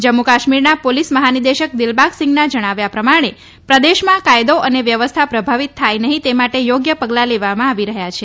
જમ્મુ કાશ્મીરના પોલિસ મહાનિદેશક દિલબાગસિંઘના જણાવ્યા પ્રમાણે પ્રદેશમાં કાથદો અને વ્યવસ્થા પ્રભાવિત થાય નહીં તે માટે થોગ્ય પગલાં લેવામાં આવી રહ્યાં છે